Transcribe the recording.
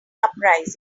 uprising